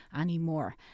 anymore